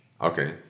Okay